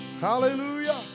Hallelujah